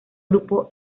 grupo